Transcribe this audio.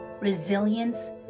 resilience